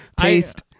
Taste